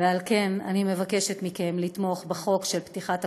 ועל כן אני מבקשת מכם לתמוך בחוק של פתיחת הקברים,